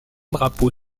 drapeau